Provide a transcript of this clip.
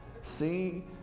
See